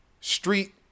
street